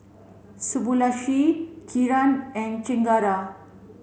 Subbulakshmi Kiran and Chengara